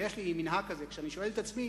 ויש לי מנהג כזה שכשאני שואל את עצמי,